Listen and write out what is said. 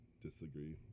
Disagree